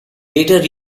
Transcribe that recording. later